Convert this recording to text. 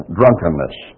drunkenness